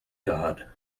god